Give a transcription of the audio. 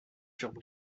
furent